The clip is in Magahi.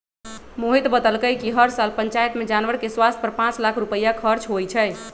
मोहित बतलकई कि हर साल पंचायत में जानवर के स्वास्थ पर पांच लाख रुपईया खर्च होई छई